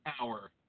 hour